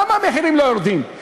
למה המחירים לא יורדים?